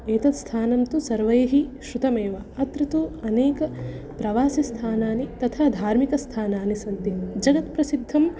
एतत् स्थानं तु सर्वैः श्रुतमेव अत्र अनेक प्रवासिस्थानानि तथा धार्मिकस्थानानि सन्ति जगत्प्रसिद्धं